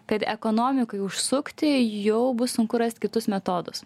kad ekonomikai užsukti jau bus sunku rast kitus metodus